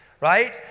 right